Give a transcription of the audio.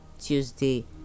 tuesday